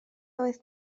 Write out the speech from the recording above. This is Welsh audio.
oedd